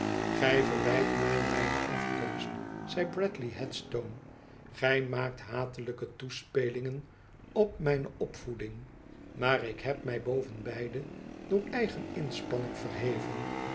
gij verwijt mij mijne afkomst zei bradley headstone gij maakt hatelijke toespelingen op mijne opvoeding maar ik heb mij boven beide door eigen inspanning verheven